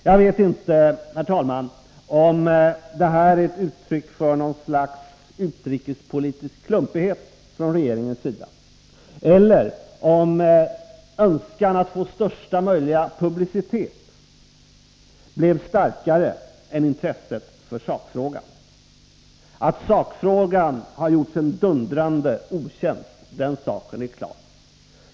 Jag vet inte, herr talman, om det är ett uttryck för något slags utrikespolitisk klumpighet från regeringens sida eller om önskan att få största möjliga publicitet blev starkare än intresset för sakfrågan. Att sakfrågan har gjorts en dundrande otjänst, den saken är klar.